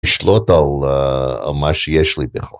לשלוט על מה שיש לי בכלל.